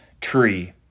tree